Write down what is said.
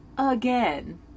Again